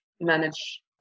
manage